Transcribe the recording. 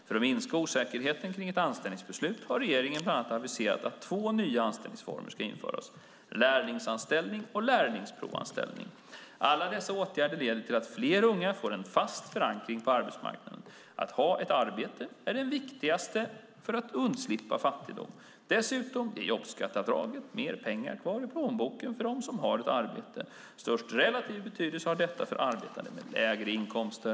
För att minska osäkerheten kring ett anställningsbeslut har regeringen bland annat aviserat att två nya anställningsformer ska införas - lärlingsanställning och lärlingsprovanställning. Alla dessa åtgärder leder till att fler unga får en fast förankring på arbetsmarknaden. Att ha ett arbete är det viktigaste för att undslippa fattigdom. Dessutom ger jobbskatteavdraget mer pengar kvar i plånboken för dem som har ett arbete. Störst relativ betydelse har detta för arbetande med lägre inkomster.